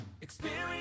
Experience